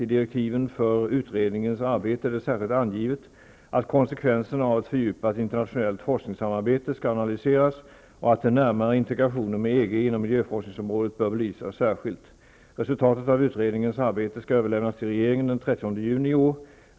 I direktiven för utredningens arbete är det särskilt angivet att konsekvenserna av ett fördjupat internationellt forskningssamarbete skall analyseras och att den närmare integrationen med EG inom miljöforskningsområdet bör belysas särskilt. Resultatet av utredningens arbete skall överlämnas till regeringen den 30 juni i år.